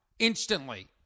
Instantly